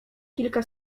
kilka